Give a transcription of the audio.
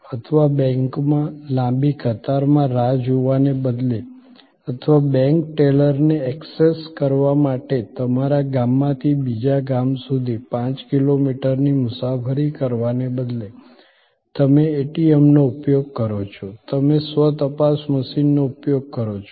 અથવા બેંકમાં લાંબી કતારમાં રાહ જોવાને બદલે અથવા બેંક ટેલરને ઍક્સેસ કરવા માટે તમારા ગામથી બીજા ગામ સુધી પાંચ કિલોમીટરની મુસાફરી કરવાને બદલે તમે ATMનો ઉપયોગ કરો છો તમે સ્વ તપાસ મશીનનો ઉપયોગ કરો છો